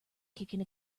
kicking